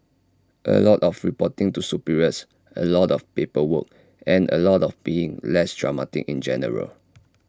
A lot of reporting to superiors A lot of paperwork and A lot of being less dramatic in general